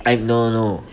eh no no